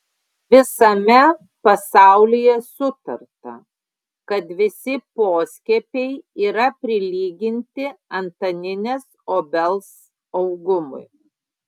visame pasaulyje sutarta kad visi poskiepiai yra prilyginti antaninės obels augumui